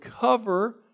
cover